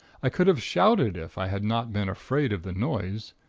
i could have shouted if i had not been afraid of the noise.